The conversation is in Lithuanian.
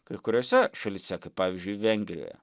kai kuriose šalyse pavyzdžiui vengrijoje